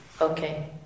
Okay